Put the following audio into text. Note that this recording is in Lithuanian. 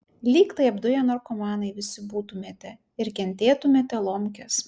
lyg tai apduję narkomanai visi būtumėte ir kentėtumėte lomkes